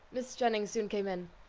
mrs. jennings soon came in.